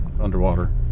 underwater